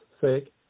sake